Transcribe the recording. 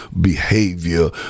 behavior